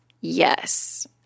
Yes